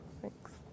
Thanks